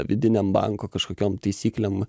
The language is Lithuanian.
vidinėm banko kažkokiom taisyklėm